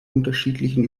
unterschiedlichen